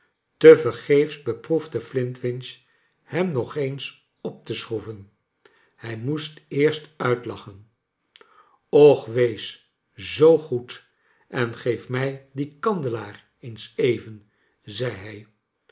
vergeefs beproefde flintwinch hem nog eens op te schroeven hij moest eerst uitlachen och wees zoo goed en geef mij dien kandelaar eens even zei